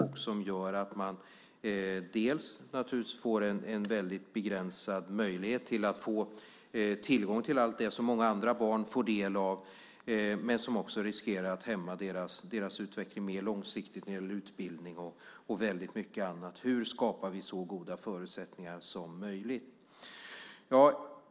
Detta gör att de får en begränsad möjlighet att få tillgång till allt det som många andra barn får del av, men det riskerar också att hämma deras utveckling mer långsiktigt när det gäller utbildning och väldigt mycket annat. Hur skapar vi så goda förutsättningar som möjligt?